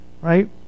right